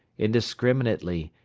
indiscriminately,